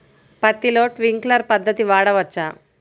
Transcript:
పత్తిలో ట్వింక్లర్ పద్ధతి వాడవచ్చా?